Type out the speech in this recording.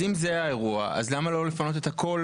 אם זה האירוע אז למה לא לפנות את הכול